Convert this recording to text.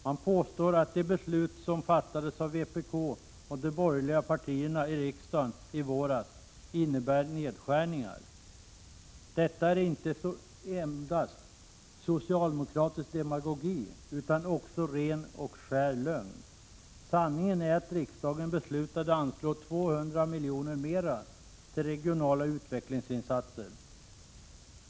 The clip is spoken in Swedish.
Man påstår att det beslut som fattades av vpk och de borgerliga partierna i riksdagen i våras innebär nedskärningar. Detta är inte endast socialdemokratisk demagogi utan också ren och skär lögn. Sanningen är att riksdagen beslutade anslå 200 miljoner mer till regionala utvecklingsinsatser.